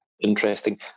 Interesting